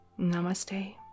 Namaste